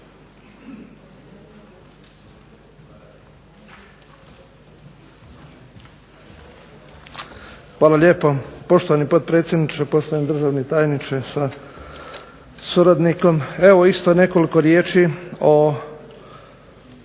Hvala lijepo. Poštovani potpredsjedniče, poštovani državni tajniče sa suradnikom. Evo isto nekoliko riječi o